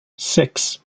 six